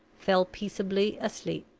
fell peaceably asleep.